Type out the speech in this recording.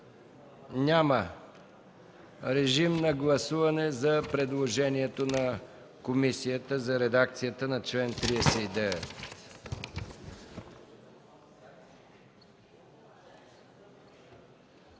Няма. Режим на гласуване за предложението на комисията за редакцията на чл. 39.